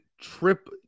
trip